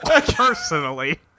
Personally